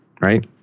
right